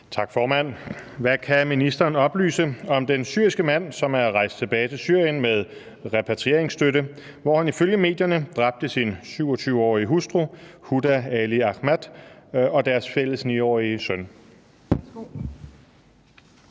Tak, formand. Hvad kan ministeren oplyse om den syriske mand, som er rejst tilbage til Syrien med repatrieringsstøtte, hvor han ifølge medierne dræbte sin 27-årige hustru, Huda Ali Ahmad, og deres fælles 9-årige søn?